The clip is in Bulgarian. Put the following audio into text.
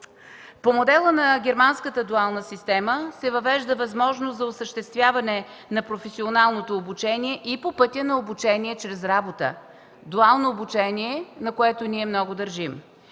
По модела на германската дуална система се въвежда възможност за осъществяване на професионалното обучение и по пътя на обучение чрез работа – дуално обучение, на което ние много държим.